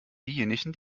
diejenigen